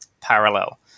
parallel